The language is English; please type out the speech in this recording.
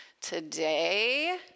Today